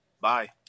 Bye